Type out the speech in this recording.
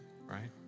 right